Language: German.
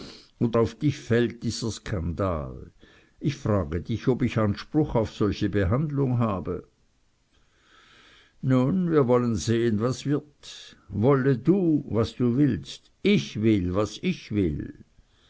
und auf dich fällt dieser skandal ich frage dich ob ich anspruch auf solche behandlung habe nun wir wollen sehen was wird wolle du was du willst ich will was ich will